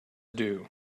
due